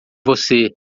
você